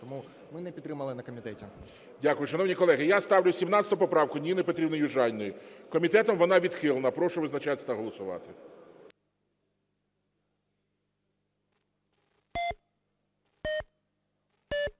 Тому ми не підтримали на комітеті. ГОЛОВУЮЧИЙ. Дякую. Шановні колеги, я ставлю 17 поправку Ніни Петрівни Южаніної. Комітетом вона відхилена. Прошу визначатись та голосувати.